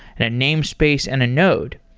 and a namespace, and a node.